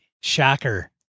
shocker